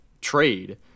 trade